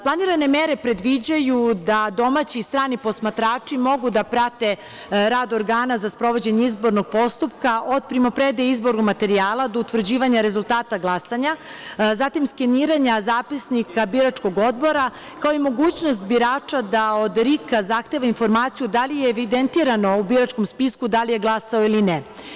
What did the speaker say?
Planirane mere predviđaju da domaći i strani posmatrači mogu da prate rad organa za sprovođenje izbornog postupka od primopredaje izbornog materijala do utvrđivanja rezultata glasanja, zatim, skeniranja zapisnika biračkog odbora, kao i mogućnost birača da od RIK-a zahteva informaciju da li je evidentirano u biračkom spisku da li je glasao ili ne.